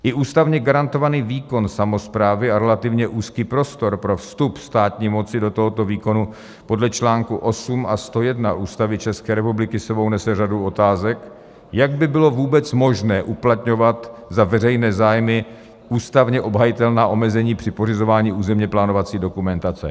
I ústavně garantovaný výkon samosprávy a relativně úzký prostor pro vstup státní moci do tohoto výkonu podle článku 8 a 101 Ústavy České republiky sebou nese řadu otázek, jak by bylo vůbec možné uplatňovat za veřejné zájmy ústavně obhajitelná omezení při pořizování územněplánovací dokumentace.